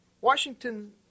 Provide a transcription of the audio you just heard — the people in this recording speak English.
Washington